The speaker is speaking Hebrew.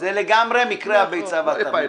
זה לגמרי מקרה הביצה והתרנגולת.